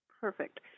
Perfect